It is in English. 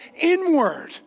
inward